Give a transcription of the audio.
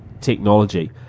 technology